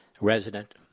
resident